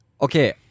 Okay